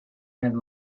had